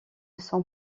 sont